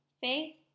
faith